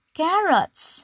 carrots